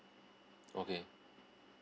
okay